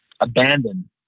abandon